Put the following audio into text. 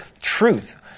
truth